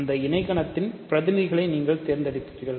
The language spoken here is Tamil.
அந்த இணைகணத்தின் பிரதிநிதிகளை நீங்கள் தேர்ந்தெடுத்தீர்கள்